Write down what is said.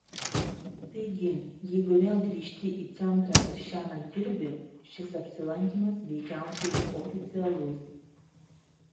taigi jeigu vėl grįžti į centrą ir šiąnakt dirbi šis apsilankymas veikiausiai oficialus